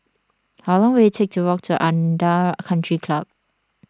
how long will it take to walk to Aranda Country Club